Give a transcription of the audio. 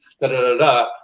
da-da-da-da